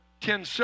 ten